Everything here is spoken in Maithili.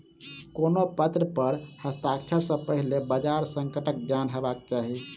कोनो पत्र पर हस्ताक्षर सॅ पहिने बजार संकटक ज्ञान हेबाक चाही